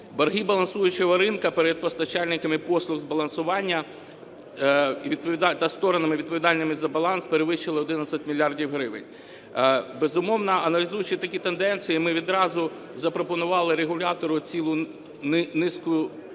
Борги балансуючого ринку перед постачальниками послуг збалансування та сторонами відповідальними за баланс перевищили 11 мільярдів гривень. Безумовно, аналізуючи такі тенденції, ми відразу запропонували регулятору цілу низку